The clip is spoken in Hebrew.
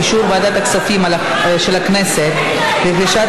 אישור ועדת הכספים של הכנסת לרכישת